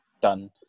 done